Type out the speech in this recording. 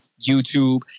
YouTube